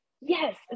Yes